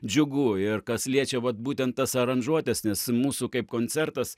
džiugu ir kas liečia vat būtent tas aranžuotes nes mūsų kaip koncertas